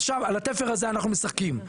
על התפר הזה אנחנו משחקים,